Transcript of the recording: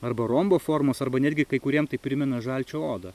arba rombo formos arba netgi kai kuriem tai primena žalčio odą